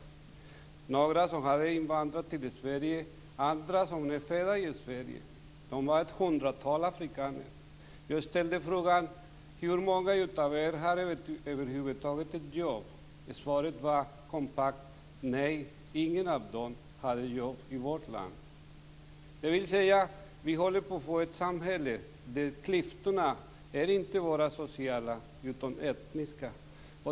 Det var några som hade invandrat till Sverige och andra som var födda i Sverige. Det var ett hundratal afrikaner. Jag ställde frågan: Hur många av er har över huvud taget ett jobb? Svaret var kompakt: Nej, ingen av dem hade jobb i vårt land. Vi håller på att få ett samhälle där klyftorna inte bara är sociala utan också etniska.